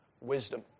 wisdom